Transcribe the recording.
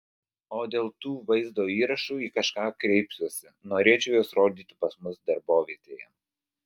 o dėl tų vaizdo įrašų į kažką kreipsiuosi norėčiau juos rodyti pas mus darbovietėje